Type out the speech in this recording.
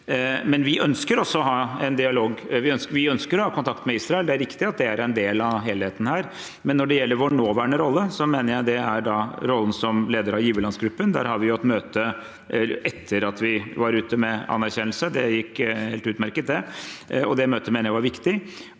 Vi ønsker å ha kontakt med Israel. Det er riktig at det er en del av helheten her, men når det gjelder vår nåværende rolle, mener jeg det viktigste er rollen som leder av giverlandsgruppen. Der har vi hatt møte etter at vi gikk ut med anerkjennelse. Det gikk helt utmerket, og det møtet mener jeg var viktig.